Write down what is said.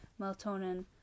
melatonin